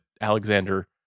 Alexander